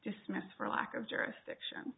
dismissed for lack of jurisdiction